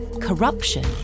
corruption